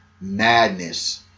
madness